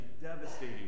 devastating